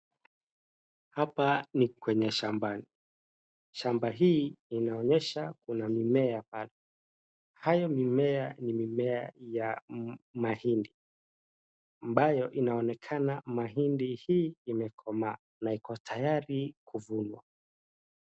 Hapa ni kwenye shambani. Shamba hii inaonyesha kuna mimea pale. Hayo mimea ni mimea ya mahindi ambayo inaonekana mahindi hii imekomaa na iko tayari kuvunwa.